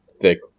thick